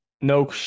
no